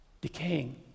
decaying